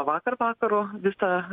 vakar vakaro visą